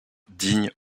digne